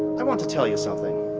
i want to tell you something.